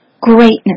greatness